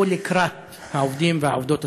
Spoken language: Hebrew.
לקראת העובדים והעובדות הסוציאליות,